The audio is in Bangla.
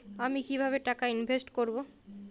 আমি কিভাবে টাকা ইনভেস্ট করব?